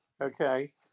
okay